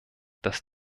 dass